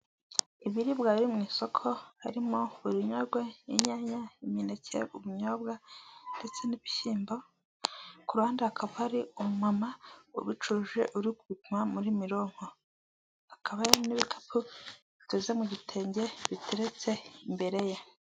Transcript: Umuhanda mwiza wa kaburimbo wubatswe mu buryo bugezweho ndetse kugenderwamo n'ibinyabiziga byinshi, harimo ama moto ndetse n'amagare ahetse abagenzi. Uyu muhanda ukaba ukikijwe n'ibiti byinshi kandi byiza ndetse inyuma y'aho hakaba haparitswe n'ibindi binyabiziga binini harimo nk'amakamyo y'umweru.